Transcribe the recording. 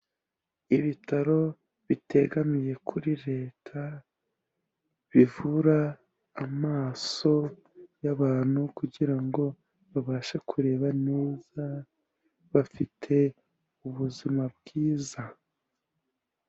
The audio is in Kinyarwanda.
Ibitaro bitegamiye kuri Reta bivura amaso y'abantu kugira ngo babashe kureba neza, bafite ubuzima bwiza.